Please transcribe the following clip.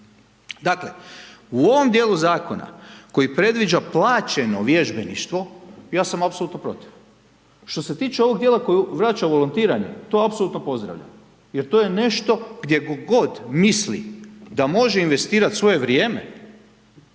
Dakle, u ovom dijelu zakona, koji predviđa plaćeno vježbeništvo ja sam apsolutno protiv. Što se tiče ovog dijela koji vraća volontiranje, to apsolutno pozdravljam, jer to je nešto gdje god misli da može investirati svoje vrijedne,